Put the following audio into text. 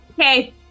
Okay